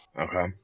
Okay